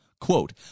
Quote